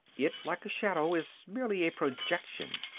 it, like a shadow, is merely a projection.